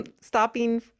stopping